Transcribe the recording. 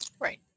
Right